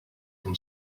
from